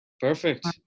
Perfect